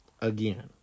again